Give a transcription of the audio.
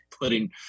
putting